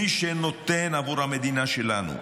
מי שנותן עבור המדינה שלנו,